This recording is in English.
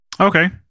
Okay